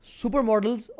supermodels